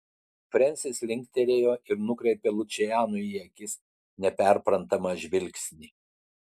frensis linktelėjo ir nukreipė lučianui į akis neperprantamą žvilgsnį